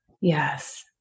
Yes